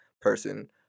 person